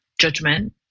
judgment